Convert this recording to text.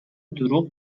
دروغ